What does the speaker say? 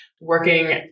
working